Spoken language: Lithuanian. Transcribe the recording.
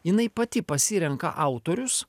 jinai pati pasirenka autorius